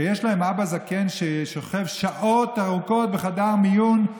כשיש להם אבא זקן ששוכב שעות ארוכות בחדר מיון,